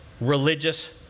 religious